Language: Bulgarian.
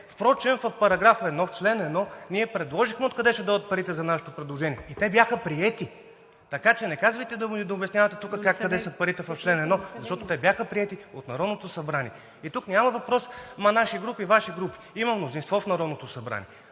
Впрочем в § 1, в чл. 1 ние предложихме откъде ще дойдат парите за нашето предложение и те бяха приети, така че не казвайте и да обяснявате тук как къде са парите в чл. 1, защото те бяха приети от Народното събрание. И тук няма въпрос: ама наши групи, Ваши групи – има мнозинство в Народното събрание.